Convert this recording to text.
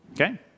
okay